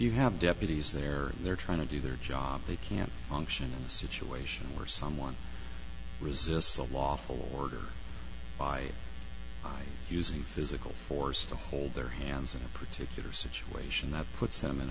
you have deputies there they're trying to do their job they can't function in a situation where someone resists a lawful order by using physical force to hold their hands of a particular situation that puts them in